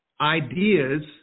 ideas